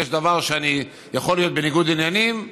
יש דבר שאני יכול להיות בו בניגוד עניינים,